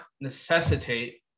necessitate